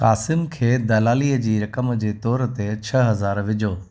क़ासिम खे दलालीअ जी रक़म जे तौर ते छह हज़ार विझो